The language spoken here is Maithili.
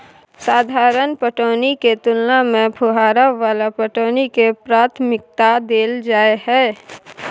साधारण पटौनी के तुलना में फुहारा वाला पटौनी के प्राथमिकता दैल जाय हय